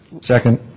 Second